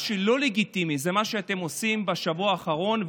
מה שלא לגיטימי הוא מה שאתם עושים בשבוע האחרון,